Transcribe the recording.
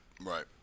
Right